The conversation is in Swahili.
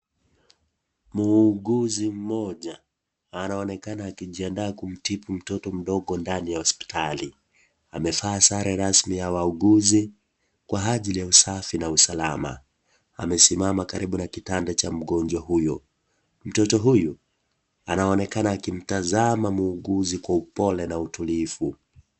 Muuguzi mmoja anaonekana akijiandaa kumtibu mtoto mdogo ndani ya hospitali. Amevaa sare rasmi ya wauguzi kwa ajili ya usafi na usalama. Amesimama karibu na kitanda cha mgonjwa huyu. Mtoto huyu anaonekana akimtazama muuguzi kwa upole na utulivu.